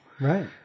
Right